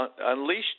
unleashed